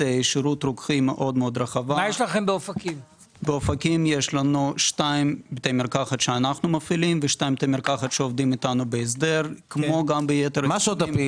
יש יומיים שבתי המרקחת פתוחים